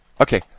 Okay